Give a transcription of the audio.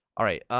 alright